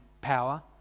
power